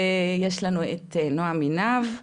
ויש לנו את נועם עינב,